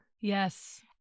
yes